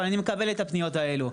אבל אני מקבל את הפניות האלה,